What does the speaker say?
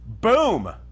Boom